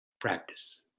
practice